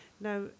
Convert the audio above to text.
now